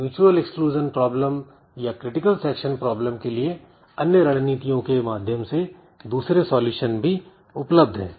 mutual exclusion problem या critical section problem के लिए अन्य रणनीतियों के माध्यम से दूसरे सलूशन भी उपलब्ध है